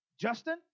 Justin